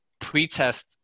pretest